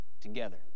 together